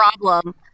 problem